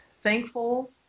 thankful